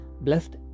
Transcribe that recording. Blessed